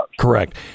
Correct